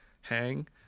hang